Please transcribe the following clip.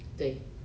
对